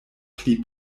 pli